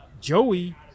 Joey